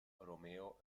romeo